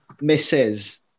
Misses